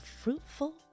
fruitful